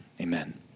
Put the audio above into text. amen